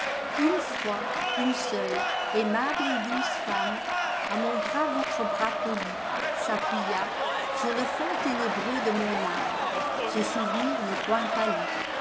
vne fois une seule aimable et douce femme a mon bras votre bras polis'appuya sur le fond ténébreux de mon âme ce souvenir n'est point pâli